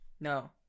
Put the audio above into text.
No